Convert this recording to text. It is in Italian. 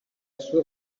sua